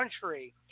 country